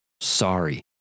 sorry